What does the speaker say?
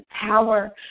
power